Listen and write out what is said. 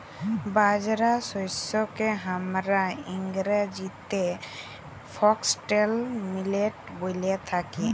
বাজরা শস্যকে হামরা ইংরেজিতে ফক্সটেল মিলেট ব্যলে থাকি